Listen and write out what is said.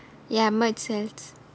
ya merge cells